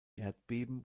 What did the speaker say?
erdbeben